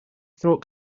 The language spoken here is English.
throat